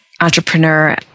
entrepreneur